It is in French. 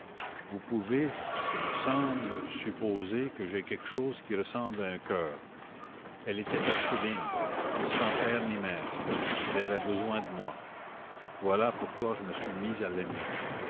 vous pouvez ce me semble supposer que j'ai quelque chose qui ressemble à un coeur elle était orpheline sans père ni mère elle avait besoin de moi voilà pourquoi je me suis mis à l'aimer